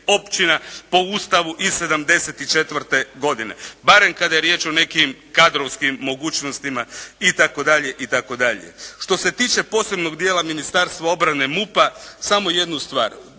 općina po Ustavu iz '74. godine. Barem kada je riječ o nekim kadrovskim mogućnostima itd. itd. Što se tiče posebnog dijela Ministarstva obrane MUP-a samo jednu stvar